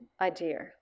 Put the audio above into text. idea